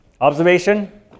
observation